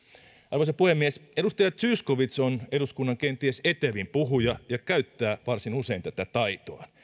arvoisa puhemies edustaja zyskowicz on eduskunnan kenties etevin puhuja ja käyttää varsin usein tätä taitoa